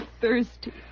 thirsty